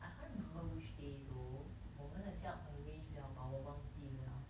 I can't remember which day though 我们很像 arrange liao but 我忘记 liao